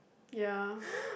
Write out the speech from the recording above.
ya